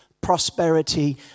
prosperity